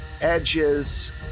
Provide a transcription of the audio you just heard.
edges